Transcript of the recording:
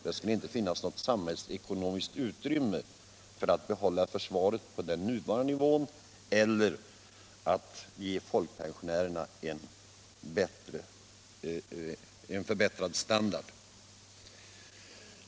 Det skulle inte finnas något samhällsekonomiskt utrymme för att behålla försvaret på den nuvarande nivån eller ge folkpensionärerna en förbättrad standard.